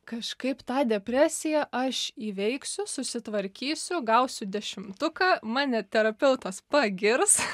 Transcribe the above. kažkaip tą depresiją aš įveiksiu susitvarkysiu gausiu dešimtuką mane terapeutas pagirs